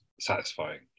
satisfying